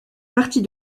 partie